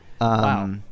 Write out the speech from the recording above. Wow